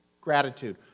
gratitude